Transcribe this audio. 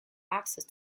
access